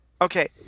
Okay